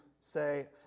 say